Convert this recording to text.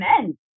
men